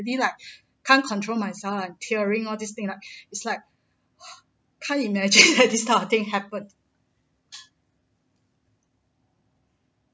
ready like can't control myself I'm tearing all this thing like is like can't imagine that this type of thing happened